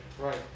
Right